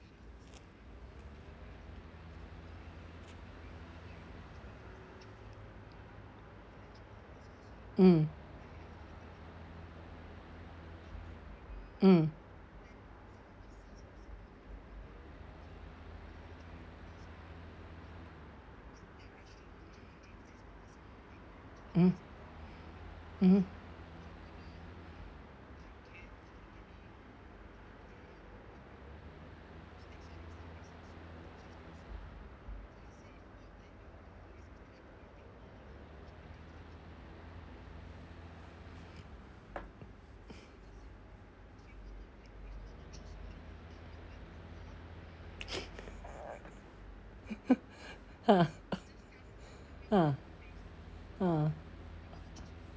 mm mm mm mm ah ah ah